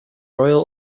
royal